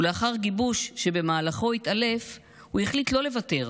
ולאחר גיבוש שבמהלכו התעלף הוא החליט לא לוותר,